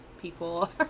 people